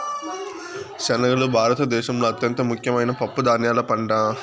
శనగలు భారత దేశంలో అత్యంత ముఖ్యమైన పప్పు ధాన్యాల పంట